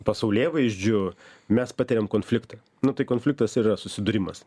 pasaulėvaizdžiu mes patiriam konfliktą nu tai konfliktas yra susidūrimas